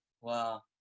Wow